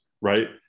right